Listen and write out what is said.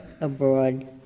abroad